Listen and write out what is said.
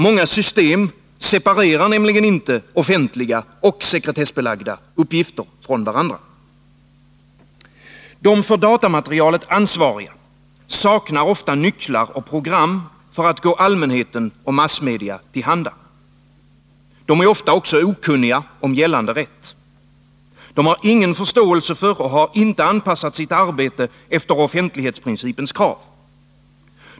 Många system separerar nämligen inte offentliga och sekretessbelagda uppgifter från varandra. De för datamaterialet ansvariga saknar ofta nycklar och program för att gå allmänheten och massmedia till handa. De är ofta också okunniga om gällande rätt. De har ingen förståelse för och har inte anpassat sitt arbete efter offentlighetsprincipens krav.